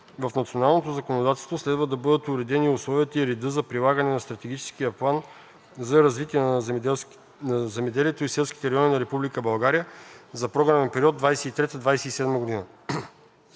в националното законодателство следва да бъдат уредени условията и редът за прилагане на Стратегическия план за развитие на земеделието и селските райони на Република България за програмен период 2023 –